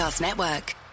Network